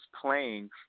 playing